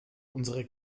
unsere